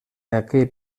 aquell